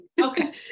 Okay